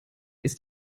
ist